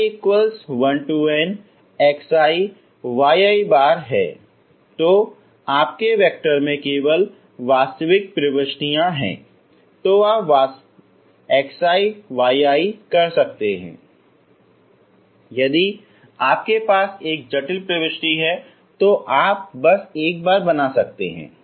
यदि आपके वैक्टर में केवल वास्तविक प्रविष्टियां हैं तो आप बस xiyi कर सकते हैं यदि आपके पास एक जटिल प्रविष्टि है तो आप बस एक बार बना सकते हैं